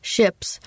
Ships